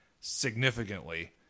significantly